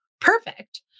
Perfect